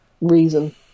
reason